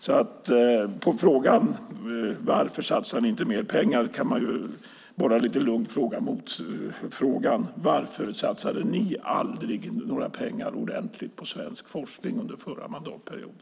Svaret på frågan varför vi inte satsar mer pengar blir en motfråga: Varför satsade ni aldrig några ordentliga pengar på svensk forskning under förra mandatperioden?